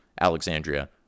Alexandria